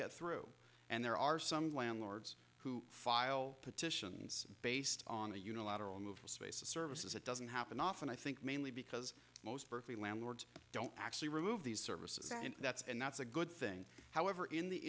get through and there are some landlords who file petitions based on the unilateral move space of services it doesn't happen often i think mainly because most berkeley landlords don't actually remove these services and that's and that's a good thing however in the